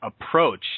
approach